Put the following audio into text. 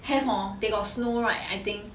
have hor they got snow right I think